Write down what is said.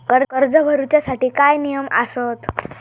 कर्ज भरूच्या साठी काय नियम आसत?